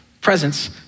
presence